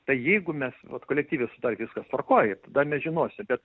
tai jeigu mes vat kolektyviai sutarę viskas tvarkoj tada mes žinosim bet